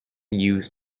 used